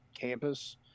campus